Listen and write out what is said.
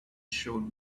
showed